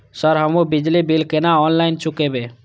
Sir हमू बिजली bill केना ऑनलाईन चुकेबे?